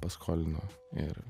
paskolino ir